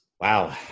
Wow